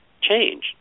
change